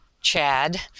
Chad